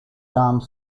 dame